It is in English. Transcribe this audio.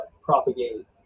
propagate